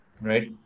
Right